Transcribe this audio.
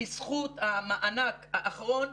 בזכות המענק האחרון,